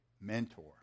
mentor